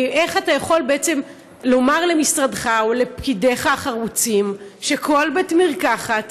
איך אתה יכול בעצם לומר למשרדך ולפקידיך החרוצים שכל בית מרקחת,